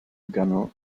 ganó